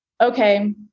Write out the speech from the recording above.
okay